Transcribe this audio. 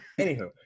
anywho